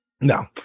No